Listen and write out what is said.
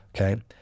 Okay